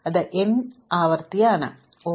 അവ n ആവർത്തനമാണ്